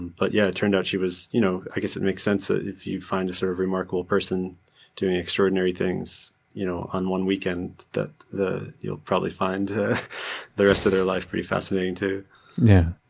but yeah, it turned out she was, you know i guess it makes sense that if you find a sort of remarkable person doing extraordinary things you know on one weekend that you'll probably find the rest of their life pretty fascinating too yeah.